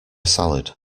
salad